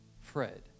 Fred